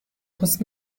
پست